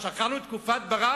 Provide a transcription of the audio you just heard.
מה, שכחנו את תקופת ברק,